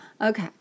Okay